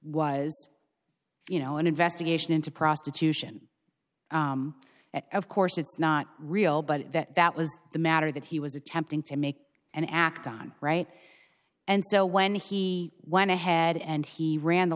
was you know an investigation into prostitution of course it's not real but that that was the matter that he was attempting to make and act on right and so when he went ahead and he ran the